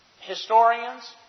historians